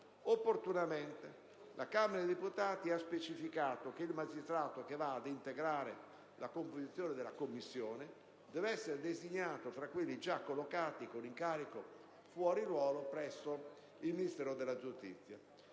Opportunamente, la Camera dei deputati ha specificato che il magistrato che va ad integrare la composizione della commissione deve essere designato fra quelli già collocati con incarico fuori ruolo presso il Ministero della giustizia.